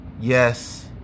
yes